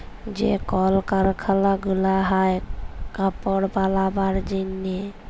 যে কল কারখালা গুলা হ্যয় কাপড় বালাবার জনহে